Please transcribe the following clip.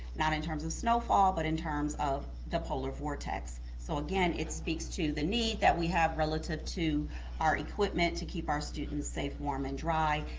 not in terms of snowfall, but in terms of the polar vortex. so again, it speaks to the need that we have relative to our equipment to keep our students safe, warm, and dry,